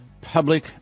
public